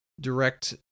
Direct